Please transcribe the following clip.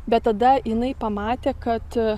bet tada jinai pamatė kad